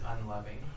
unloving